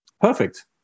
Perfect